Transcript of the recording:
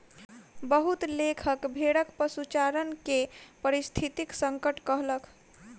बहुत लेखक भेड़क पशुचारण के पारिस्थितिक संकट कहलक